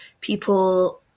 people